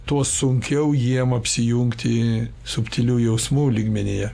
tuo sunkiau jiem apsijungti subtilių jausmų lygmenyje